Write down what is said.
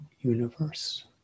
universe